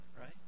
right